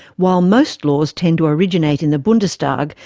while most laws tend to originate in the bundestag,